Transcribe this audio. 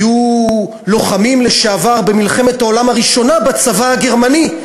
היו לוחמים לשעבר במלחמת העולם הראשונה בצבא הגרמני,